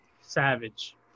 savage